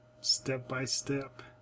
Step-by-step